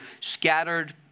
scattered